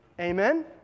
Amen